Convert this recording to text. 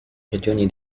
regioni